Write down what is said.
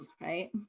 right